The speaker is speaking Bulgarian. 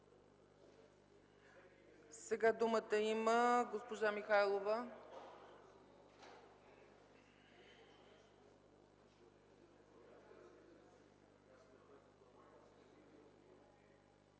Думата има госпожа Михайлова.